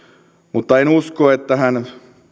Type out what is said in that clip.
mutta en usko että hän